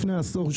לפני עשור,